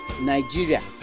Nigeria